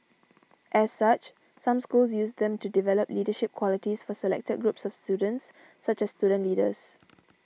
as such some schools use them to develop leadership qualities for selected groups of students such as student leaders